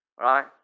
right